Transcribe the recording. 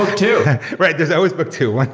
two right. there's always book two. like